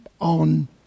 on